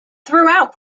throughout